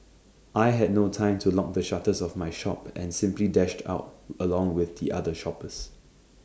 I had no time to lock the shutters of my shop and simply dashed out along with the other shoppers